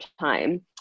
time